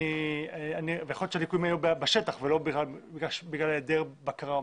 יכול להיות שהליקויים היו בשטח ולא בגלל היעדר בקרה.